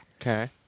Okay